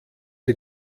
die